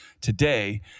today